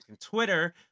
Twitter